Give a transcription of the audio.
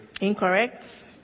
Incorrect